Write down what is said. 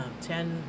Ten